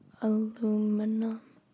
aluminum